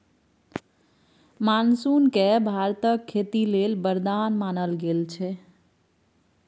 monsoon केँ भारतक खेती लेल बरदान मानल गेल छै